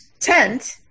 tent